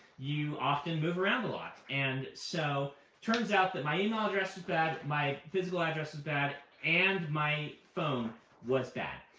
you often move around a lot. and so turns out that my email address was bad, my physical address was bad, and my phone was bad.